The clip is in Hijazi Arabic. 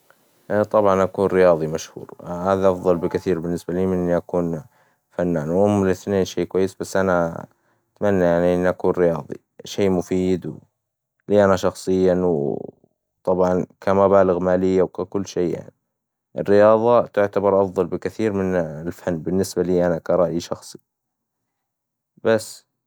لا طبعاً أكون رياظي مشهور، هذا أفظل لي بكثير من ان أكون فنان، وهم الاثنين شي كويس، بس انا اتمنى يعني ان اكون رياظي، شي مفيد لي أنا شخصياً وطبعاً ك مبالغ مالية، وككل شي يعني، الرياظة تعتبر أفظل بكثير من الفن، بالنسبة لي أنا ك رأي شخصي، بس.